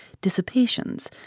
dissipations